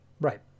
Right